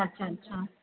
अच्छा अच्छा